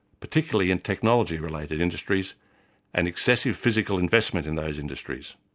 particularly in technology related industries and excessive physical investment in those industries.